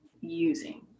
using